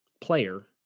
player